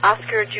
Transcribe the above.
Oscar